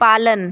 पालन